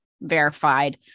verified